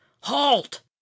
halt